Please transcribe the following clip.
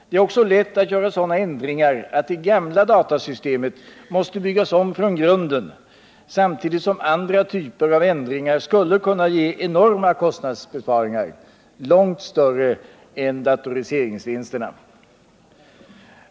Det är också lätt att göra sådana ändringar att det gamla datasystemet måste byggas om från grunden, samtidigt som andra typer av ändringar skulle kunna ge enorma kostnadsbesparingar långt större än datoriseringsvinsterna.